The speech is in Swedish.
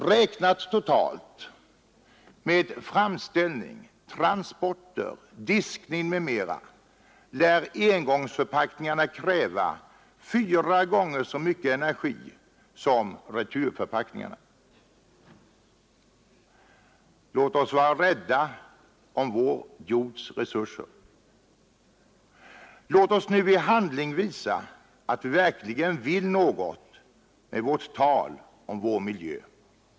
Räknat totalt — med framställning, transporter, diskning m.m. — lär engångsförpackningarna kräva fyra gånger så mycket energi som returförpackningarna. Låt oss vara rädda om vår jords resurser! Låt oss nu i handling visa att vi verkligen vill något med allt tal om vår miljö!